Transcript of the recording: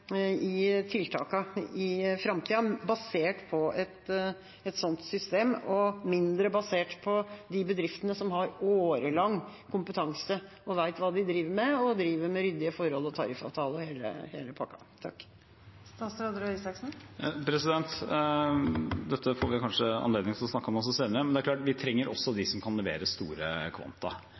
i framtida – basert på et sånt system og mindre basert på de bedriftene som har årelang kompetanse, vet hva de driver med, og driver med ryddige forhold og tariffavtaler og hele pakka? Dette får vi kanskje anledning til å snakke om senere, men det er klart at vi også trenger dem som kan levere store kvanta.